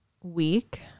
week